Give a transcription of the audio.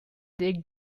des